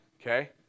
Okay